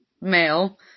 male